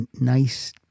Nice